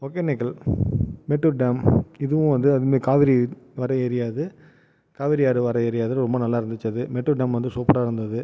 Hogenakkal Mettur dam இதுவும் வந்து அதுமாதிரி காவேரி வர ஏரியா அது காவேரி ஆறு வர ஏரியா அது ரொம்ப நல்லா இருந்துச்சு அது மேட்டூர் டாம் வந்து சூப்பராக இருந்தது